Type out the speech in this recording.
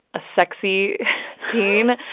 a sexy teen.